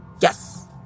Yes